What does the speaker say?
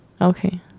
Okay